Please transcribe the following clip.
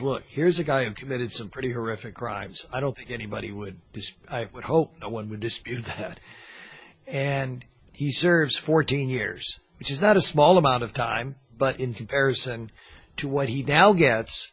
look here's a guy who committed some pretty horrific crimes i don't think anybody would i would hope no one would dispute that and he serves fourteen years which is not a small amount of time but in comparison to what he now g